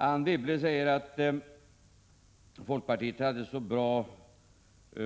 Anne Wibble säger att folkpartiet hade så bra